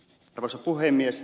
arvoisa puhemies